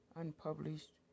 unpublished